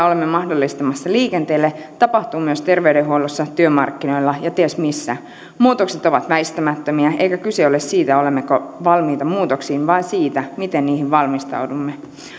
olemme mahdollistamassa liikenteelle tapahtuu myös terveydenhuollossa työmarkkinoilla ja ties missä muutokset ovat väistämättömiä eikä kyse ole siitä olemmeko valmiita muutoksiin vaan siitä miten niihin valmistaudumme